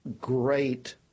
great